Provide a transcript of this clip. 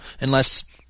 Unless